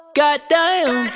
goddamn